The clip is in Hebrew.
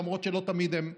למרות שלא תמיד הם כאלה.